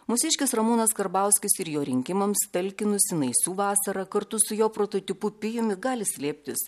mūsiškis ramūnas karbauskis ir jo rinkimams talkinusi naisių vasara kartu su jo prototipu pijumi gali slėptis